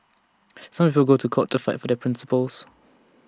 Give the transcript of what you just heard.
some people go to court to fight for their principles